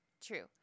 true